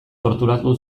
torturatu